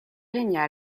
régna